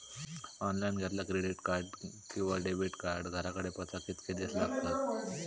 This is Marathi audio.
ऑनलाइन घेतला क्रेडिट कार्ड किंवा डेबिट कार्ड घराकडे पोचाक कितके दिस लागतत?